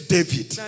David